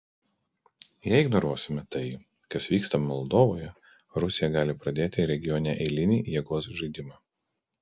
jei ignoruosime tai kas vyksta moldovoje rusija gali pradėti regione eilinį jėgos žaidimą